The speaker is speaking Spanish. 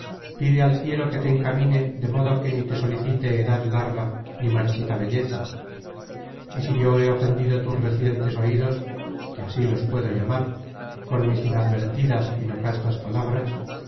pide al cielo que te encamine de modo que ni te solicite edad larga ni marchita belleza y si yo he ofendido tus recientes oidos que así los puedo llamar con mis inadvertidas y no castas palabras